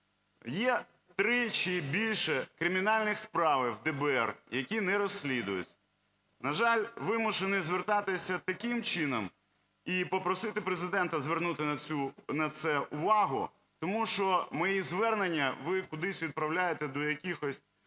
Є 3 чи більше кримінальні справи ДБР, які не розслідують. На жаль, вимушений звертатися таким чином і попросити Президента звернути за це увагу, тому що мої звернення ви кудись відправляєте до якихось